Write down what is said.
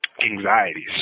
anxieties